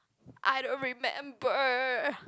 I don't remember